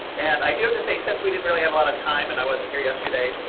and i do have to say, since we didn't really have a lot of time and i wasn't here yesterday.